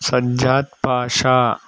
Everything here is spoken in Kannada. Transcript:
ಸಜ್ಜತ್ ಪಾಶ